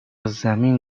زمین